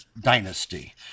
dynasty